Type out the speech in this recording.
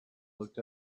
looked